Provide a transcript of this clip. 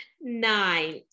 nine